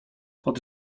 pod